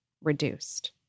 reduced